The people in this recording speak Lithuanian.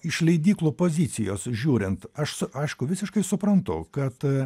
iš leidyklų pozicijos žiūrint aš s aišku visiškai suprantu kad